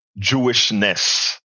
Jewishness